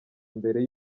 imbere